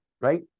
right